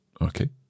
Okay